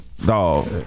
Dog